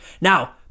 Now